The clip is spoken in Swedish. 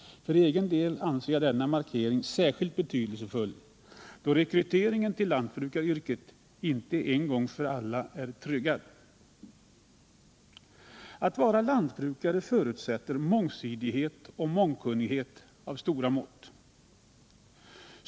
För egen del anser jag denna markering särskilt betydelsefull, då re 29 kryteringen till lantbrukaryrket inte en gång för alla är tryggad. Att vara lantbrukare förutsätter en mångsidighet och mångkunnighet av stora mått.